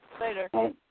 Later